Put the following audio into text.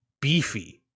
beefy